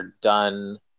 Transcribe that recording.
done